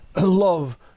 love